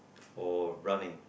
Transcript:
or running